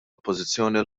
oppożizzjoni